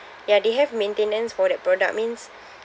ya they have maintenance for that product means